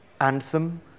Anthem